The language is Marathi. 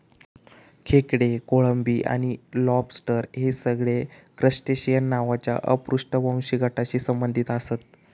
खेकडे, कोळंबी आणि लॉबस्टर हे सगळे क्रस्टेशिअन नावाच्या अपृष्ठवंशी गटाशी संबंधित आसत